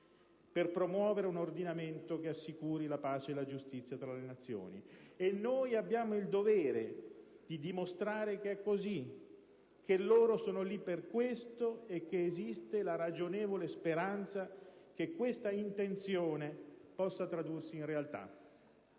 per promuovere un ordinamento che assicuri la pace e la giustizia tra le Nazioni, e noi abbiamo il dovere di dimostrare che è così, che loro sono lì per questo e che esiste la ragionevole speranza che questa intenzione possa tradursi in realtà.